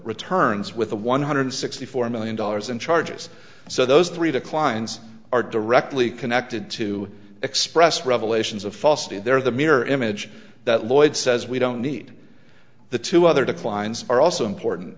returns with a one hundred sixty four million dollars in charges so those three declines are directly connected to express revelations of falsity there the mirror image that lloyd says we don't need the two other declines are also important